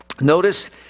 Notice